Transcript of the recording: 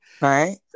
Right